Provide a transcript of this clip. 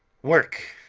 work!